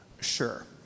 sure